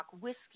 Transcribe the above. Whiskey